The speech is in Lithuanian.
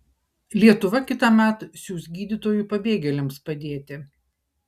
lietuva kitąmet siųs gydytojų pabėgėliams padėti